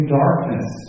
darkness